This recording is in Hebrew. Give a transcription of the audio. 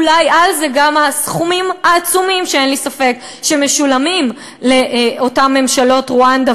אולי גם הסכומים העצומים שאין לי ספק שמשולמים לאותן ממשלות רואנדה